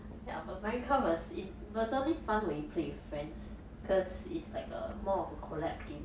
ya but minecraft was it was only fun when you played with friends cause it's like a more of a collab game